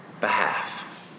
behalf